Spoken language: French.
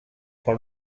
par